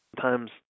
times